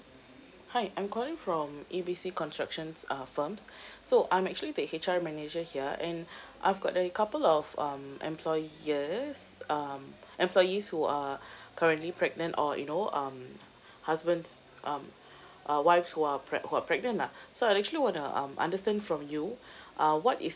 hi I'm calling from A B C constructions uh firms so I'm actually the H_R manager here and I've got a couple of um employers um employees who are currently pregnant or you know um husbands um uh wives who are preg~ who are pregnant lah so I'd actually wanna um understand from you uh what is